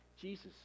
Jesus